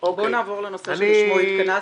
בוא נעבור לנושא שלשמו התכנסנו.